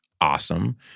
awesome